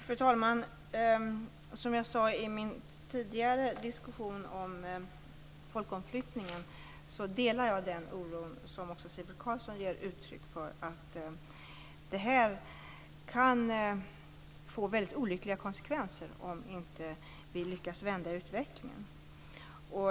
Fru talman! Som jag sade i min tidigare diskussion om folkomflyttningen delar jag oron, vilken också Sivert Carlsson ger uttryck för, över att detta kan få väldigt olyckliga konsekvenser om vi inte lyckas vända utvecklingen.